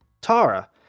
Tara